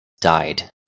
died